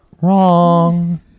Wrong